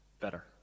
better